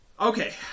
Okay